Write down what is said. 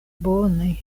bone